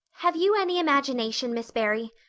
have you any imagination, miss barry?